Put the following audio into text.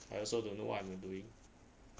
I also don't know what I'm doing